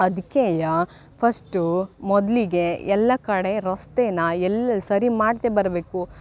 ಅದ್ಕೆ ಫಸ್ಟು ಮೊದಲಿಗೆ ಎಲ್ಲ ಕಡೆ ರಸ್ತೆನ ಎಲ್ಲೆಲ್ಲಿ ಸರಿ ಮಾಡ್ತ ಬರಬೇಕು